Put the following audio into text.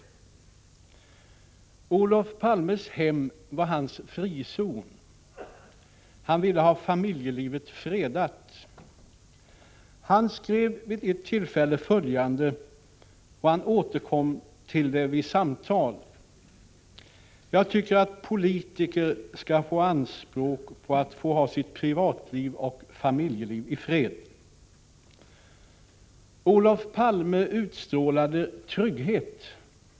Olof Palmes hem var hans frizon, han ville ha familjelivet fredat. Han skrev vid ett tillfälle följande, och han återkom till det vid samtal: ”Jag tycker att politiker skall få ha anspråk på att få ha sitt privatliv och familjeliv i fred.” Olof Palme utstrålade trygghet.